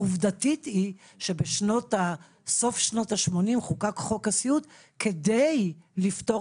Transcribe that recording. עובדתית היא שבסוף שונות ה-80 חוקק חוק הסיעוד כדי לפתור